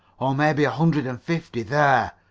or maybe a hundred and fifty. there!